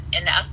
enough